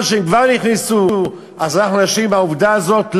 שהם כבר נכנסו אנחנו נשלים עם העובדה הזאת,